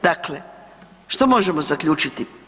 Dakle, što možemo zaključiti?